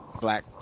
black